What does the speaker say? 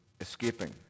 escaping